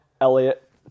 Elliot